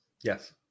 Yes